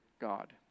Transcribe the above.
God